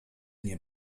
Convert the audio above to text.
nie